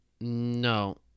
no